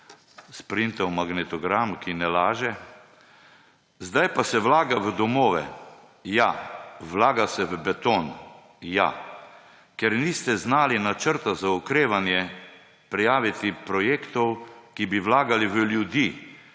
sprintal magnetogram, ki ne laže: »zdaj pa se vlaga v domove, ja, vlaga se v beton, ja, ker niste znali načrta za okrevanje prijaviti projektov, ki bi vlagali v ljudi,